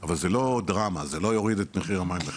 אבל זה לא דרמה, זה לא יוריד את מחיר המים בחצי.